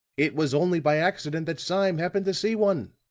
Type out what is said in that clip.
it was only by accident that sime happened to see one.